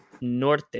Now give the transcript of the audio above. Norte